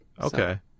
Okay